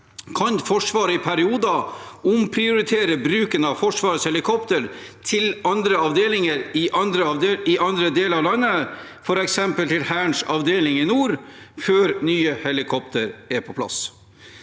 kan Forsvaret i perioder omprioritere bruken av Forsvarets helikoptre til andre avdelinger i andre deler av landet, f.eks. til Hærens avdeling i nord, før nye helikoptre er på plass.